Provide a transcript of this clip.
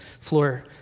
floor